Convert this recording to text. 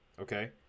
Okay